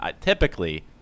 typically